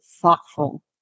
thoughtful